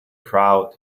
crowd